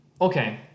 Okay